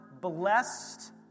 blessed